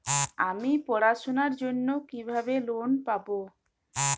আমি পড়াশোনার জন্য কিভাবে লোন পাব?